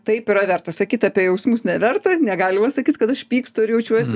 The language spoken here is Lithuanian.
taip yra verta sakyt apie jausmus neverta negalima sakyt kad aš pykstu ir jaučiuosi